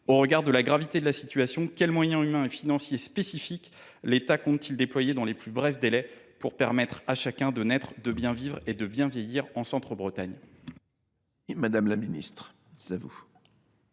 au regard de la gravité de la situation, quels moyens humains et financiers spécifiques l’État compte t il déployer dans les plus brefs délais pour permettre à chacun de naître, de bien vivre et de bien vieillir en Centre Bretagne ? La parole est à Mme